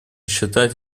считать